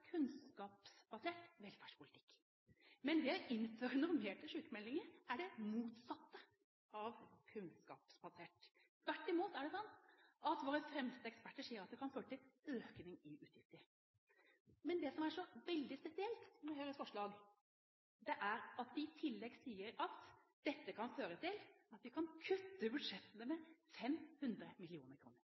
kunnskapsbasert velferdspolitikk. Men det å innføre noe mer til sykemeldinger, er det motsatte av kunnskapsbasert. Tvert imot er det slik at våre fremste eksperter sier at det kan føre til økning i utgiftene. Men det som er så veldig spesielt med Høyres forslag, er at de i tillegg sier at dette kan føre til at vi kan kutte budsjettene med 500